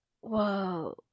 Whoa